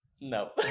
no